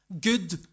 good